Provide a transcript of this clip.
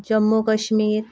Jammu Kashmir